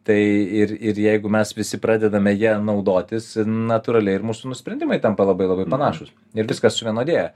tai ir ir jeigu mes visi pradedame ja naudotis natūraliai ir mūsų nu sprendimai tampa labai labai panašūs ir viskas suvienodėja